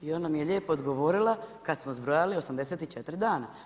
I ona mi je lijepo odgovorila, kada smo zbrojali, 84 dana.